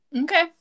Okay